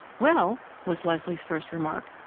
well! was leslie's first remark,